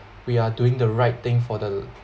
we are doing the right thing for the